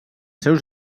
seus